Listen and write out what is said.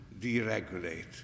deregulate